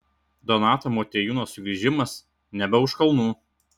donato motiejūno sugrįžimas nebe už kalnų